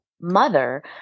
mother